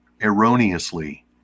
erroneously